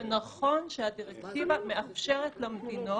זה נכון שהדירקטיבה מאפשרת למדינות,